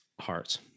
Hearts